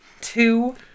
two